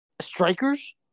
strikers